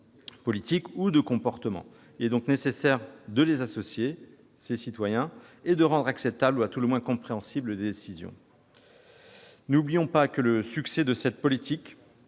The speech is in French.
ou de comportement. Il est donc nécessaire d'associer les citoyens et de rendre les décisions acceptables, ou à tout le moins compréhensibles. N'oublions pas que le succès de cette politique